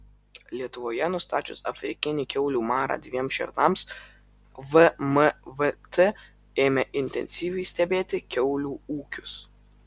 lietuvoje nustačius afrikinį kiaulių marą dviem šernams vmvt ėmė intensyviai stebėti kiaulių ūkius